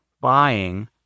buying